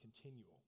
continual